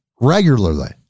regularly